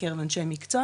בקרב אנשי מקצוע,